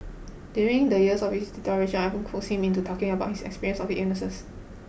during the years of his deterioration I often coaxed him into talking about his experience of illnesses